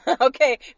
Okay